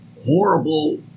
horrible